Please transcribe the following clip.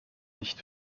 nicht